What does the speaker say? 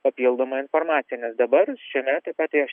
papildoma informacija nes dabar šiame etape tai aš